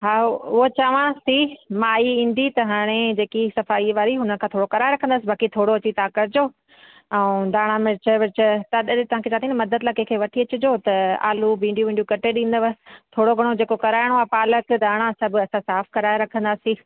हा उहो चवांस थी माई ईंदी त हाणे जेकी सफ़ाईअ वारी हुन खां थोरो कराए रखंदसि बाक़ी थोरो अची तव्हां कजो ऐं धाणा मिर्चु विर्च तव्हां ॾ तव्हांखे चवां थी न मदद लाइ कंहिंखे वठी अचिजो त आलू भींडियूं वींडियूं कटे ॾींदव थोरो घणो जेको कराइणो आहे पालक धाणा सभु असां साफ़ु कराए रखंदासीं